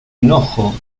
enojo